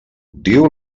diu